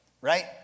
Right